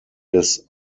des